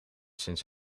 sinds